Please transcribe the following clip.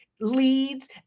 leads